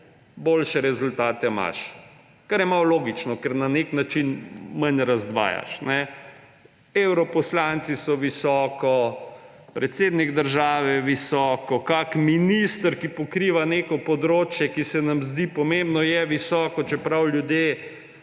boljše rezultate imaš. Kar je malo logično, ker na neki način manj razdvajaš. Evroposlanci so visoko, predsednik države je visoko, kakšen minister, ki pokriva neko področje, ki se nam zdi pomembno, je visoko, čeprav ljudje